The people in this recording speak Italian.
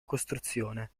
costruzione